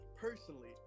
personally